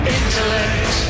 intellect